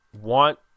want